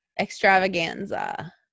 extravaganza